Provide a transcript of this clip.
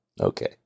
okay